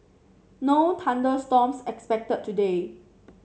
no thunder storms expected today